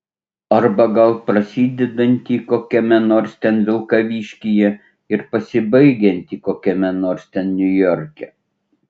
arba gal prasidedantį kokiame nors ten vilkaviškyje ir pasibaigiantį kokiame nors ten niujorke